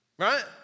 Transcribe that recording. Right